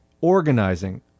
organizing